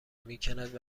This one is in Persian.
میکند